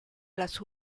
las